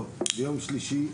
ביום שלישי,